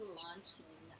launching